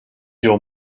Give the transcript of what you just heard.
your